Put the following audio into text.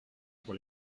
pour